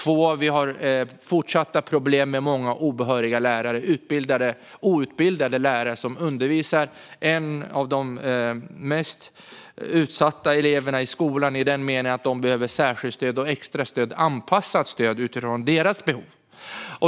Vi har fortsatta problem med många obehöriga lärare, outbildade lärare, som undervisar en av de mest utsatta grupperna av elever i den meningen att de behöver särskilt stöd och extra stöd anpassat efter deras behov.